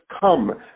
come